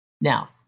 Now